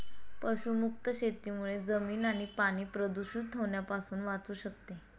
पशुमुक्त शेतीमुळे जमीन आणि पाणी प्रदूषित होण्यापासून वाचू शकते